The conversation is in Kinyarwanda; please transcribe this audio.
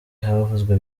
havuzwe